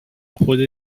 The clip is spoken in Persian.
خودت